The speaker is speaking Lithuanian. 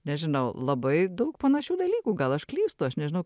nežinau labai daug panašių dalykų gal aš klystu aš nežinau